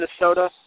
Minnesota